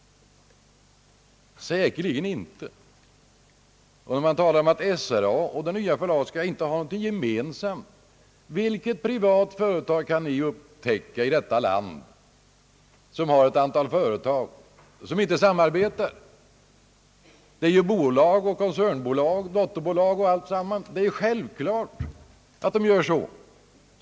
Säkerligen inte! Man talar om att SRA och det nya förlaget inte skall ha någonting gemensamt. Vilket privat företag som är uppdelat på dotterbolag, koncernbolag osv. kan ni upptäcka här i landet som inte samarbetar? Det är ju självklart att de samarbetar.